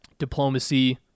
diplomacy